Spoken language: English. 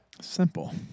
Simple